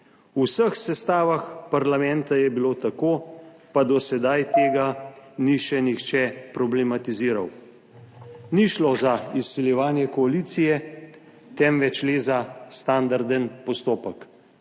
V vseh sestavah parlamenta je bilo tako, pa do sedaj tega ni še nihče problematiziral. Ni šlo za izsiljevanje koalicije, temveč le za standarden postopek.«